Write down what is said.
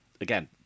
again